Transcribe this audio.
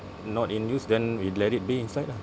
not in use then we let it be inside lah